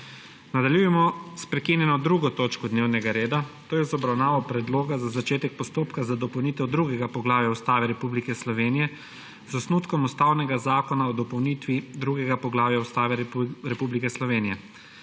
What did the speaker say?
Nadaljujemo s prekinjeno 2. točko dnevnega reda, to je z obravnavo Predloga za začetek postopka za dopolnitev II. poglavja Ustave Republike Slovenije z osnutkom Ustavnega zakona o dopolnitvi II. poglavja Ustave Republike Slovenije.